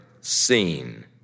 seen